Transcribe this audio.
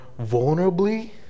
vulnerably